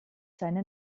seine